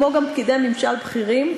כמו גם פקידי ממשל בכירים,